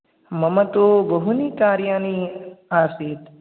मम तु बहूनि कार्याणि आसीत्